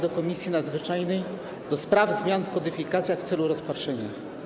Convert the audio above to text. do Komisji Nadzwyczajnej do spraw zmian w kodyfikacjach w celu rozpatrzenia.